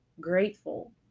grateful